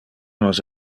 nos